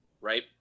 right